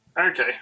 Okay